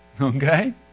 Okay